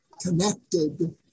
connected